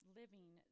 living